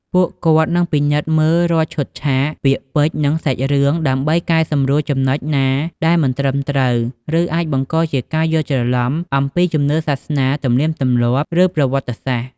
ពួកគាត់នឹងពិនិត្យមើលរាល់ឈុតឆាក ពាក្យពេចន៍ និងសាច់រឿង ដើម្បី កែសម្រួលចំណុចណាដែលមិនត្រឹមត្រូវ ឬអាចបង្កជាការយល់ច្រឡំ អំពីជំនឿសាសនា ទំនៀមទម្លាប់ ឬប្រវត្តិសាស្ត្រ។